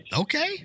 Okay